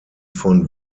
von